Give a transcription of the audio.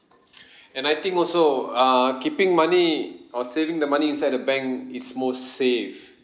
and I think also uh keeping money or saving the money inside the bank is most safe